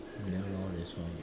ya lor that's why